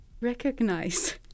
recognize